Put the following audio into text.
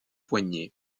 poignets